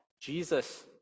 jesus